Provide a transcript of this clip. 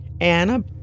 Anna